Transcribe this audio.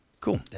Cool